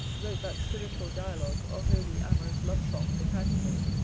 wrote that spiritual dialogue, or holy amorous love-song the canticles,